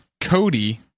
Cody